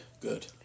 good